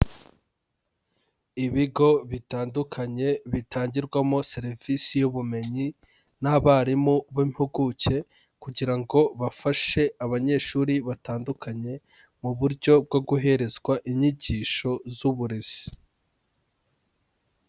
Ibigo bitandukanye bitangirwamo serivisi y'ubumenyi, n'abarimu b'impuguke kugira ngo bafashe abanyeshuri batandukanye, mu buryo bwo guherezwa inyigisho z'uburezi.